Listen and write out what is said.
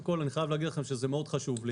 מאוד חשוב לי